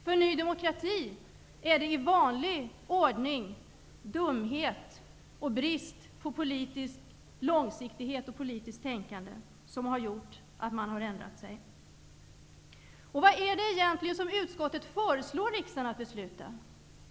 För Ny demokrati är det i vanlig ordning dumhet och brist på politisk långsiktighet och politiskt tänkande som har gjort att man har ändrat sig. Vad är det egentligen som utskottet föreslår riksdagen att besluta?